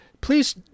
please